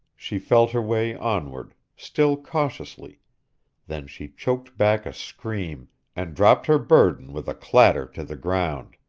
she felt her way onward, still cautiously then she choked back a scream and dropped her burden with a clatter to the ground.